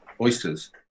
oysters